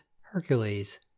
Hercules